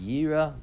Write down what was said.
Yira